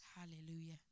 Hallelujah